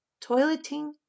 toileting